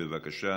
10209,